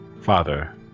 father